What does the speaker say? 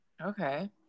Okay